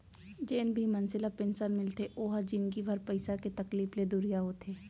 जेन भी मनसे ल पेंसन मिलथे ओ ह जिनगी भर पइसा के तकलीफ ले दुरिहा होथे